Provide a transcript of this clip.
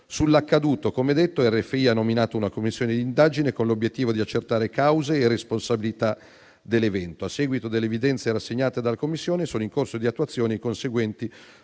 Sull'accaduto, come detto, RFI ha nominato una commissione d'indagine con l'obiettivo di accertare cause e responsabilità dell'evento. A seguito delle evidenze rassegnate dalla commissione, sono in corso di attuazione i conseguenti